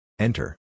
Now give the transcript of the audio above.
Enter